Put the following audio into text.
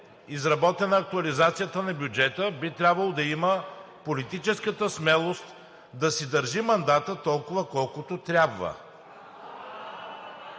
изработена качествено, би трябвало да има политическата смелост да си държи мандата толкова, колкото трябва?